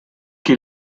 che